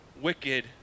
wicked